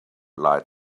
light